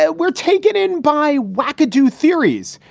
ah we're taken in by wacky do theories.